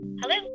Hello